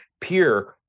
peer